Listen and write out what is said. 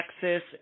Texas